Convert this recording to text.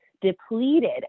depleted